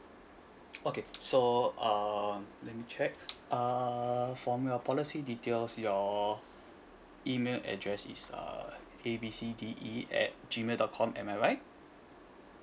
okay so uh let me check uh from your policy details your email address is uh A B C D E at gmail dot com am I right